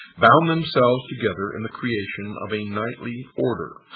bound themselves together in the creation of a knightly order.